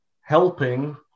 helping